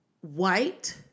white